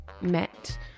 met